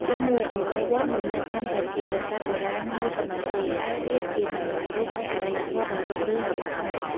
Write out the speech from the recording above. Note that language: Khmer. ទីមួយ អង្គរវត្តមិនមែនត្រឹមតែជាប្រាសាទបុរាណមួយប៉ុណ្ណោះទេ តែវាជានិមិត្តរូបនៃអរិយធម៌ដ៏រុងរឿងរបស់ខ្មែរ។